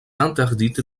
interdite